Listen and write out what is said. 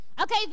Okay